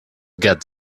got